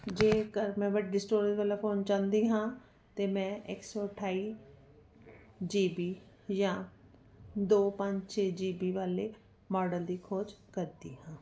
ਜੇਕਰ ਮੈਂ ਵੱਡੀ ਸਟੋਰੇਜ ਵਾਲਾ ਫੋਨ ਚਾਹੁੰਦੀ ਹਾਂ ਤਾਂ ਮੈਂ ਇੱਕ ਸੌ ਅਠਾਈ ਜੀ ਬੀ ਜਾਂ ਦੋ ਪੰਜ ਛੇ ਜੀ ਬੀ ਵਾਲੇ ਮਾਡਲ ਦੀ ਖੋਜ ਕਰਦੀ ਹਾਂ